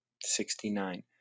sixty-nine